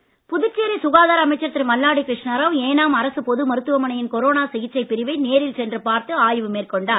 மல்லாடி புதுச்சேரி சுகாதார அமைச்சர் திரு மல்லாடிகிருஷ்ணராவ் ஏனாம் அரசு பொது மருத்துவமனையின் கொரோனா சிகிச்சை பிரிவை நேரில் சென்று பார்த்து ஆய்வு மேற்கொண்டார்